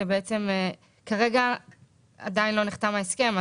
בעצם כרגע עדיין לא נחתם ההסכם,